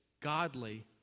godly